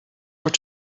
were